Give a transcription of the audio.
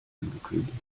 angekündigt